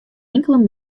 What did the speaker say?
inkelde